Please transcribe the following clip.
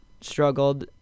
struggled